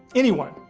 anyone,